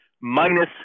Minus